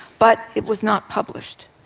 but it was not published.